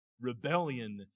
Rebellion